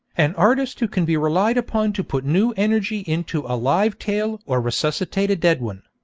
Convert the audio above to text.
an artist who can be relied upon to put new energy into a live tale or resuscitate a dead one.